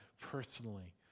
personally